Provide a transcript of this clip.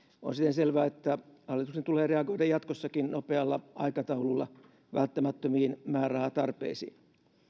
on siten selvää että hallituksen tulee reagoida jatkossakin nopealla aikataululla välttämättömiin määrärahatarpeisiin